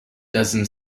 dozen